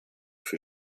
für